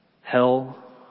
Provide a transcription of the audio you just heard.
hell